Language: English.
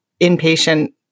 inpatient